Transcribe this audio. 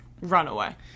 runaway